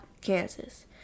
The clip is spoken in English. Kansas